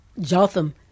Jotham